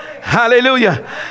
Hallelujah